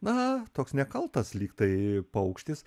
na toks nekaltas lygtai paukštis